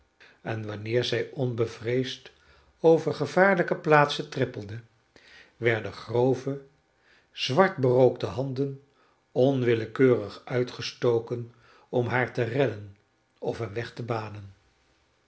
en wanneer zij onbevreesd over gevaarlijke plaatsen trippelde werden grove zwartberookte handen onwillekeurig uitgestoken om haar te redden of een weg te banen